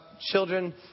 children